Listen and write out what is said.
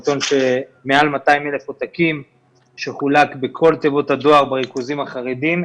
עיתון של מעל 200,000 עותקים שחולק בכל תיבות הדואר בריכוזים החרדיים.